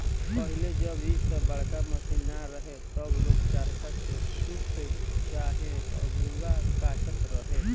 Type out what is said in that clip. पहिले जब इ सब बड़का मशीन ना रहे तब लोग चरखा से सूत चाहे रुआ काटत रहे